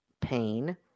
pain